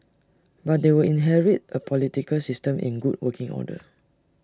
but they will inherit A political system in good working order